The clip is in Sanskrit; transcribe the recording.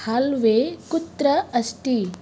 हाल्वे कुत्र अस्ति